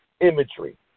imagery